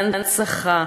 להנצחה,